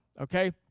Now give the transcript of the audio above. Okay